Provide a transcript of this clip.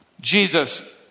Jesus